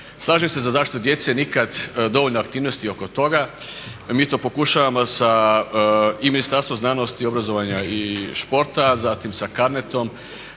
Slažem se za zaštitu djece nikad dovoljno aktivnosti oko toga, mi to pokušavamo sa i Ministarstvom znanosti i obrazovanja i športa, zatim sa CARNET-om